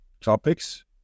topics